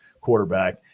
quarterback